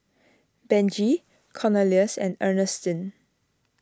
Benji Cornelious and Ernestine